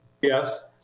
Yes